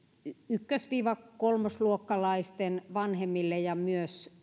ykkös kolmosluokkalaisten vanhemmille ja myös